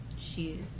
Shoes